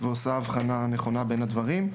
ועושה הבחנה נכונה בין הדברים.